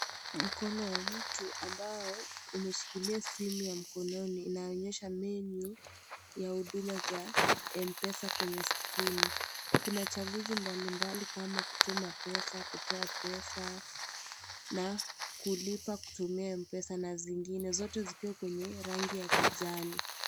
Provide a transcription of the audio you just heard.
Mkono wa mtu ambao umeshikilia simu ya mkononi inaonyesha menu ya huduma za mpesa kwenye Skrini kuna chaguzi mbalimbali kama kutuma pesa, kutoa pesa na kulipa kutumia mpesa na zingine zote zikiwa na rangi ya kijani.